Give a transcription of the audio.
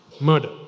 murder